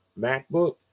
MacBook